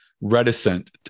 reticent